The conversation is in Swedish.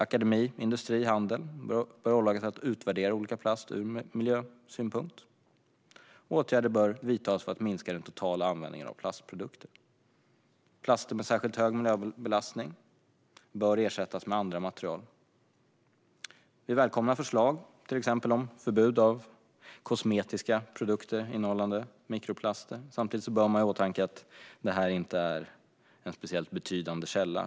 Akademi, industri och handel bör åläggas att utvärdera olika plaster ur miljösynpunkt, och åtgärder bör vidtas för att minska den totala användningen av plastprodukter. Plaster med särskilt hög miljöbelastning bör ersättas med andra material. Vi välkomnar förslag till exempel om förbud av kosmetiska produkter innehållande mikroplaster. Samtidigt bör man ha i åtanke att detta inte är en speciellt betydande källa.